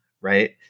right